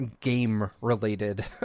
game-related